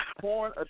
porn